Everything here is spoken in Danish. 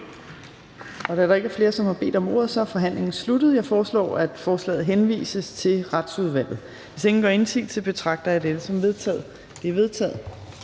Da der ikke er flere, som har bedt om ordet, er forhandlingen sluttet. Jeg foreslår, at forslaget henvises til Retsudvalget. Hvis ingen gør indsigelse, betragter jeg dette som vedtaget. Det er vedtaget.